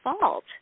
fault